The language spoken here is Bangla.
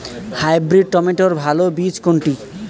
হাইব্রিড টমেটোর ভালো বীজ কোনটি?